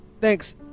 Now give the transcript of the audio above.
Thanks